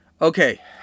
Okay